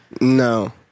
No